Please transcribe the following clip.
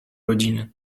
rodziny